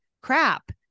crap